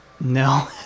No